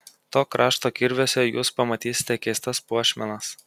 to krašto kirviuose jūs pamatysite keistas puošmenas